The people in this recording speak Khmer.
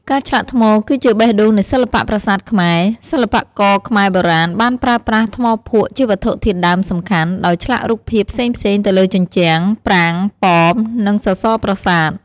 ការឆ្លាក់ថ្ម គឺជាបេះដូងនៃសិល្បៈប្រាសាទខ្មែរ សិល្បករខ្មែរបុរាណបានប្រើប្រាស់ថ្មភក់ជាវត្ថុធាតុដើមសំខាន់ ដោយឆ្លាក់រូបភាពផ្សេងៗទៅលើជញ្ជាំង ប្រាង្គ ប៉ម និងសសរប្រាសាទ។